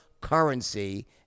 currency